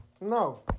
No